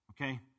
okay